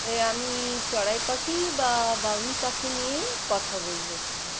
এ আমি চড়াই পাখি বা বাবুই পাখি নিয়ে কথা বলব একটু